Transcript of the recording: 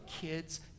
kids